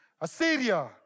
Assyria